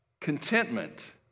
Contentment